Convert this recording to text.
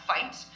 fight